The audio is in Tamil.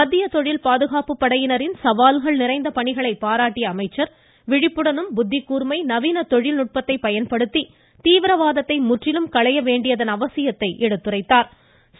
மத்திய தொழில் பாதுகாப்பு படையினரின் சவால்கள் நிறைந்த பணிகளை பாராட்டிய அவர் விழிப்புடனும் புத்திக்கூர்மை நவீன தொழில்நுட்பத்தை பயன்படுத்தி தீவிரவாதத்தை முற்றிலும் களைய வேண்டியதன் அவசியத்தை எடுத்துரைத்தாா்